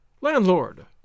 Landlord